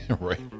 Right